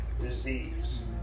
disease